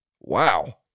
Wow